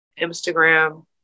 Instagram